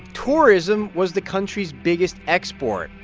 tourism was the country's biggest export.